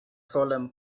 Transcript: solemn